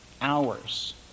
hours